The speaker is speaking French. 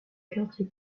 quartier